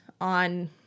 on